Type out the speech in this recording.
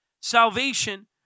Salvation